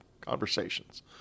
conversations